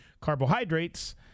carbohydrates